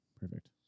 Perfect